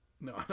No